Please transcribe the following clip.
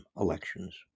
elections